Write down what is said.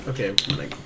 Okay